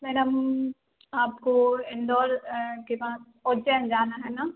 madam आपको इंदौर के पास उज्जैन जाना है ना